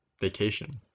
vacation